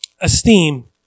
esteem